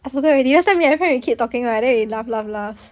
还有一杯 bandung